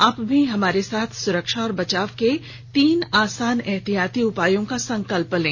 आप भी हमारे साथ सुरक्षा और बचाव के तीन आसान एहतियाती उपायों का संकल्प लें